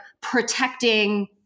protecting